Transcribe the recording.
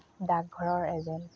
ডাকঘৰৰ এজেণ্ট